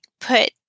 put